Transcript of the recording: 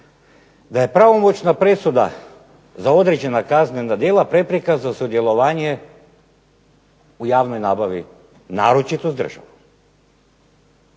da je pravomoćna presuda za određena kaznena djela prepreka za sudjelovanje u javnoj nabavi naročito s državom,